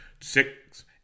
Six